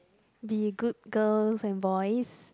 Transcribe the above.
be good girls and boys